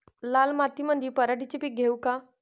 लाल मातीमंदी पराटीचे पीक घेऊ का?